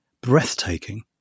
breathtaking